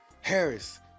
Harris